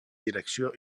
direcció